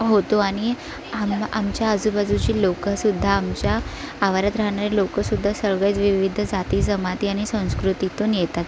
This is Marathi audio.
होतो आणि आम आमच्या आजूबाजूची लोकंसुद्धा आमच्या आवारात राहणारी लोकंसुद्धा सगळेच विविध जाती जमाती आणि संस्कृतीतून येतात